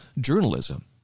journalism